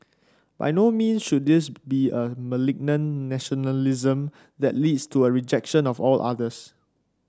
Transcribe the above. by no means should this be a malignant nationalism that leads to a rejection of all others